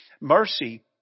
Mercy